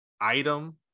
item